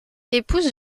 épouse